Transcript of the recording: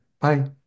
Bye